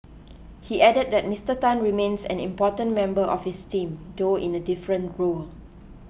he added that Mister Tan remains an important member of his team though in a different role